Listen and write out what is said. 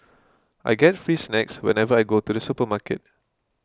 I get free snacks whenever I go to the supermarket